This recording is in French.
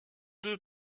deux